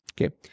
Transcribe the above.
Okay